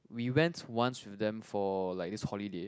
we went once with them for like this holiday